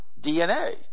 DNA